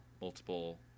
multiple